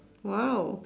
!wow!